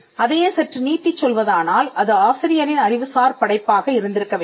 அதையே சற்று நீட்டிச் சொல்வதானால் அது ஆசிரியரின் அறிவுசார் படைப்பாக இருந்திருக்க வேண்டும்